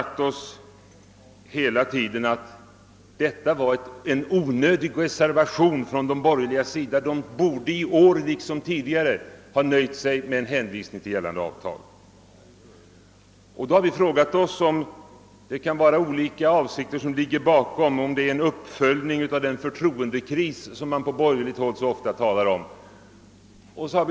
Vi har hela tiden sagt att detta var en onödig reservation av de borgerliga; de borde i år liksom tidigare ha nöjt sig med en hänvisning till gällande avtal. Det kan då vara olika avsikter som ligger bakom reservationen, och vi har frågat oss om denna kommit till som en följd av den förtroendekris som det så ofta talas om på borgerligt håll.